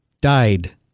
died